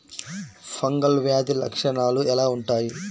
Fungal వ్యాధి లక్షనాలు ఎలా వుంటాయి?